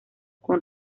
con